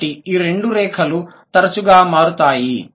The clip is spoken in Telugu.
కాబట్టి ఈ రెండు రేఖలు తరచుగా మారుతాయి